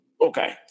okay